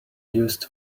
used